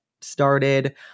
started